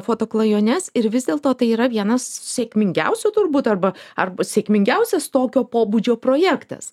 foto klajones ir vis dėlto tai yra vienas sėkmingiausių turbūt arba arba sėkmingiausias tokio pobūdžio projektas